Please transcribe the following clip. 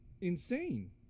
insane